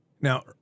Now